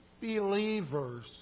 believers